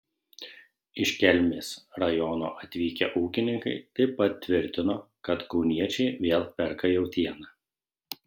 iš kelmės rajono atvykę ūkininkai taip pat tvirtino kad kauniečiai vėl perka jautieną